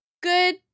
good